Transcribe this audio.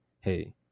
hey